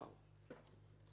וואוו.